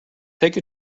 take